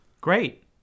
Great